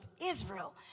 Israel